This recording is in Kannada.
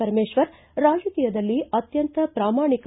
ಪರಮೇಶ್ವರ್ ರಾಜಕೀಯದಲ್ಲಿ ಅತ್ಯಂತ ಪ್ರಾಮಾಣಿಕ